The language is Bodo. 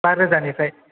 बा रोजानिफ्राइ